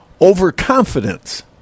overconfidence